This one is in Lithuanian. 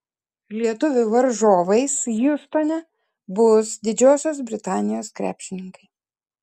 lietuvių varžovais hjustone bus didžiosios britanijos krepšininkai